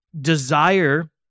desire